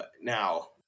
Now